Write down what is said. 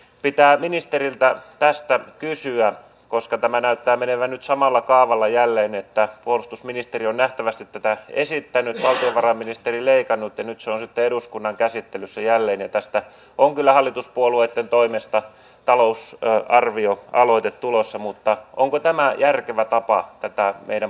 pitää ministeriltä tästä kysyä koska tämä näyttää menevän nyt samalla kaavalla jälleen että puolustusministeriö on nähtävästi tätä esittänyt valtiovarainministeri leikannut ja nyt se on sitten eduskunnan käsittelyssä jälleen ja tästä on kyllä hallituspuolueitten toimesta talousarvioaloite tulossa onko tämä järkevä tapa tätä meidän puolustusbudjettiamme rakentaa